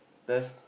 test